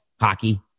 hockey